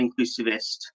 inclusivist